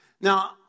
Now